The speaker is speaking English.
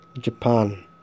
Japan